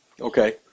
Okay